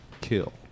kill